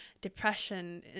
depression